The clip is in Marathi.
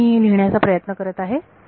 तर मी लिहिण्याचा प्रयत्न करत आहे